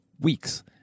weeks